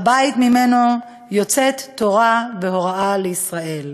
הבית שממנו יוצאת תורה והוראה לישראל,